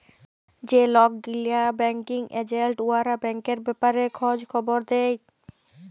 যে লক গিলা ব্যাংকিং এজেল্ট উয়ারা ব্যাংকের ব্যাপারে খঁজ খবর দেই